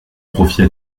profit